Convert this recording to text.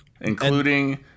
including